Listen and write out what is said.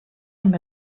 amb